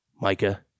Micah